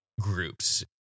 groups